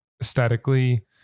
aesthetically